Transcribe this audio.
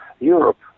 Europe